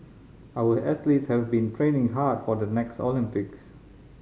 our athletes have been training hard for the next Olympics